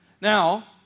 Now